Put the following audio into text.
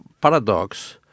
paradox